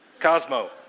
Cosmo